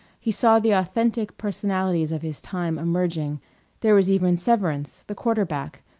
he saw the authentic personalities of his time emerging there was even severance, the quarter-back,